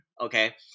okay